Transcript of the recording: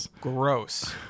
gross